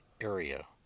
area